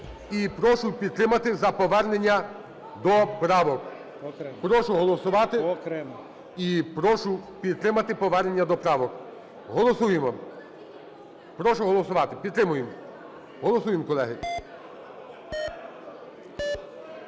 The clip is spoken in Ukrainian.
і прошу підтримати за повернення до правок. Прошу голосувати і прошу підтримати повернення до правок. Голосуємо! Прошу голосувати. Підтримуємо! Голосуємо, колеги.